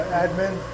admin